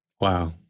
Wow